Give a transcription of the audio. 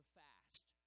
fast